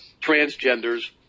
transgenders